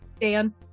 Dan